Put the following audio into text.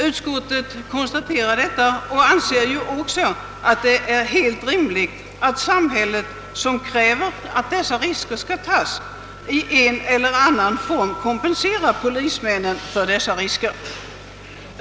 Utskottet konstaterar detta och säger att det är helt rimligt att samhället, som kräver att dessa risker skall tagas, i en eller annan form kompenserar polismännen för dessa risker.